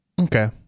Okay